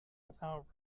without